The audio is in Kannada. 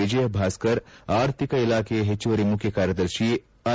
ವಿಜಯ ಭಾಸ್ಕರ್ ಆರ್ಥಿಕ ಇಲಾಖೆಯ ಹೆಚ್ಚುವರಿ ಮುಖ್ಯ ಕಾರ್ಯದರ್ತಿ ಐ